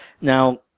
now